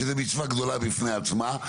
שזו מצווה גדולה בפני עצמה.